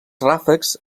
ràfecs